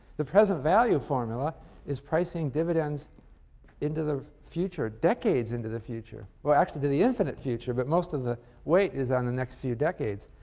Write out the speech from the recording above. the present value formula is pricing dividends into the future, decades into the future well, actually to the infinite future, but most of the weight is on the next few decades.